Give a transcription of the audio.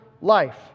life